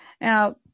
Now